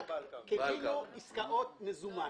כאילו עסקאות מזומן.